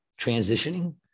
transitioning